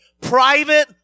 private